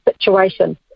situation